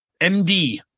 MD